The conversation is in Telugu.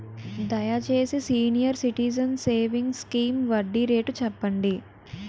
దయచేసి సీనియర్ సిటిజన్స్ సేవింగ్స్ స్కీమ్ వడ్డీ రేటు చెప్పండి